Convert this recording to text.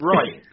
Right